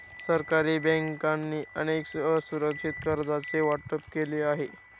सरकारी बँकांनी अनेक असुरक्षित कर्जांचे वाटप केले आहे